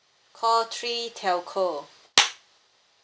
call three telco